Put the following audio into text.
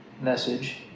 message